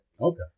Okay